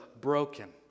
broken